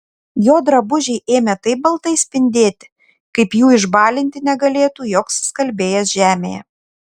jo drabužiai ėmė taip baltai spindėti kaip jų išbalinti negalėtų joks skalbėjas žemėje